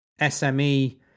SME